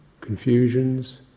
confusions